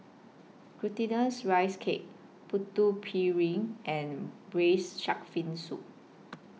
Glutinous Rice Cake Putu Piring and Braised Shark Fin Soup